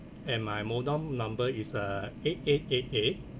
and my mobile number is uh eight eight eight eight